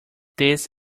this